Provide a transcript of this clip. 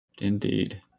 Indeed